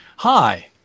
Hi